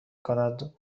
کند